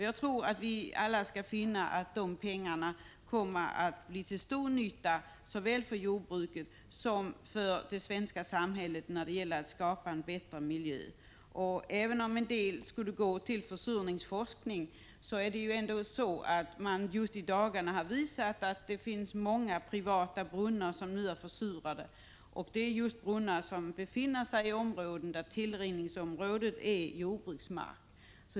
Jag tror att vi alla skall finna att de här pengarna kommer att bli till stor nytta såväl för jordbruket som för det svenska samhället när det gäller att skapa en bättre miljö. Här har pekats på att en del av medlen går till försurningsforskning, men jag vill nämna att man just i dagarna har visat att det finns många privata brunnar som nu är försurade, och det är brunnar som befinner sig i områden där tillrinningen kommer från just jordbruksmark.